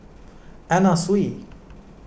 Anna Sui